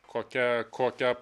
kokia kokią